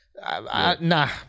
nah